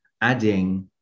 adding